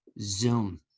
Zoom